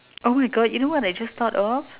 oh my god you know what I just thought of